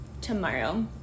tomorrow